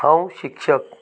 हांव शिक्षक